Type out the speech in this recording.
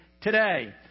today